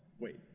Wait